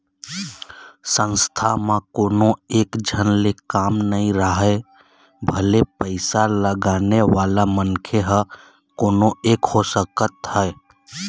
संस्था म कोनो एकझन ले काम नइ राहय भले पइसा लगाने वाला मनखे ह कोनो एक हो सकत हे